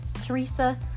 Teresa